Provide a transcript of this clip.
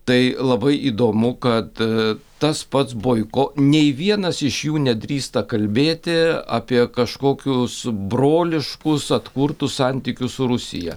tai labai įdomu kad tas pats boiko nei vienas iš jų nedrįsta kalbėti apie kažkokius broliškus atkurtus santykius su rusija